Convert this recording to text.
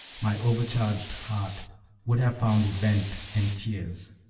my overcharged heart would have found vent in tears.